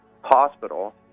hospital